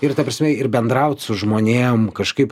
ir ta prasme ir bendraut su žmonėm kažkaip